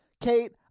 Kate